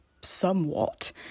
somewhat